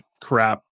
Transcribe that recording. crap